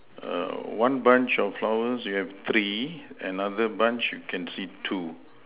err one bunch of flowers you have three another bunch you can see two